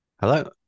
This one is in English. Hello